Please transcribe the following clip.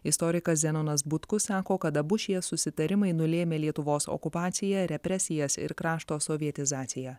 istorikas zenonas butkus sako kad abu šie susitarimai nulėmė lietuvos okupaciją represijas ir krašto sovietizaciją